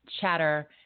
chatter